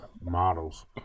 models